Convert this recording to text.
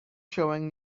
showing